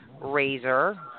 Razor